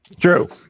True